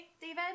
David